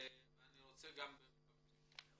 ואני מבקש בקצרה.